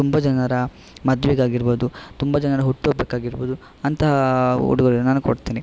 ತುಂಬ ಜನರ ಮದುವೆಗಾಗಿರಬೋದು ತುಂಬ ಜನರ ಹುಟ್ಟುಹಬ್ಬಕ್ಕಾಗಿರಬೋದು ಅಂತಹ ಉಡುಗೊರೆಯನ್ನು ನಾನು ಕೊಡ್ತೀನಿ